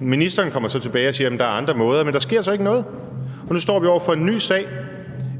Ministeren kommer så tilbage og siger: Jamen der er andre måder. Men der sker så ikke noget. Nu står vi over for en ny sag,